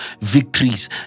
victories